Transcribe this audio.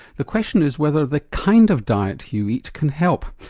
the question is whether the kind of diet you eat can help.